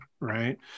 right